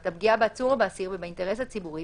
את הפגיעה בעצור או באסיר ובאינטרס הציבורי,